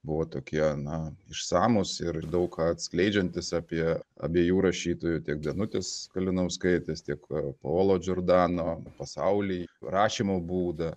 buvo tokie na išsamūs ir daug atskleidžiantys apie abiejų rašytojų tiek danutės kalinauskaitės tiek polo džordano pasaulį rašymo būdą